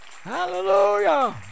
Hallelujah